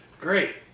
Great